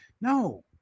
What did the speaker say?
No